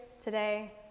today